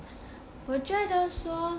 我觉得说